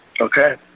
Okay